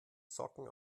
socken